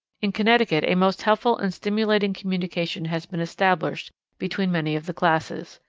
in connecticut a most helpful and stimulating communication has been established between many of the classes.